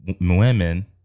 women